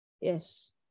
Yes